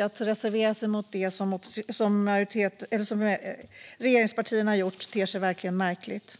Att reservera sig mot det, som regeringspartierna har gjort, ter sig verkligen märkligt.